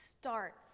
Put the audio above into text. starts